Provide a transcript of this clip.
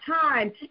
time